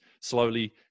slowly